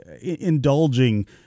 indulging